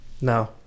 No